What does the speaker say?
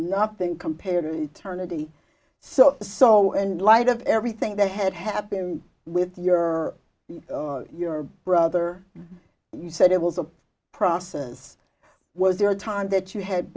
nothing compared to turn a day so so in light of everything that had happened with your your brother you said it was a process was there a time that you had